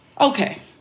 okay